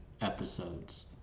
episodes